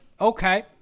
Okay